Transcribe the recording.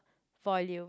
volume